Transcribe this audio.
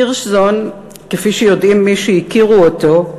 הירשזון, כפי שיודעים מי שהכירו אותו,